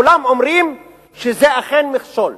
כולם אומרים שזה אכן מכשול.